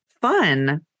fun